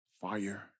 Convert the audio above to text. fire